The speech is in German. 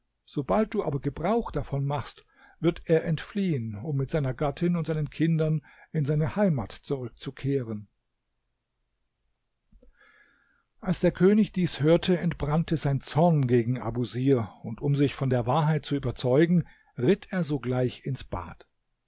sobald du aber gebrauch davon machst wird er entfliehen um mit seiner gattin und seinen kindern in seine heimat zurückzukehren als der könig dies hörte entbrannte sein zorn gegen abusir und um sich von der wahrheit zu überzeugen ritt er sogleich ins bad